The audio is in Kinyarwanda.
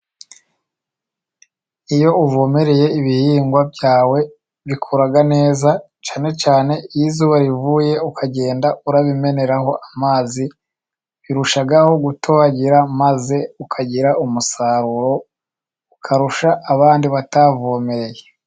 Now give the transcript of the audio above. Iyo uvomereye ibihingwa byawe, bikura neza, cyanee cyane iyo izuba rivuye ukagenda urabimeneraho amazi, birushaho gutohagira, maze ukagira umusaruro, ukarusha abandi batavomereye.